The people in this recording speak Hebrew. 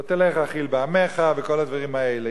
"לא תלך רכיל בעמך" וכל הדברים האלה.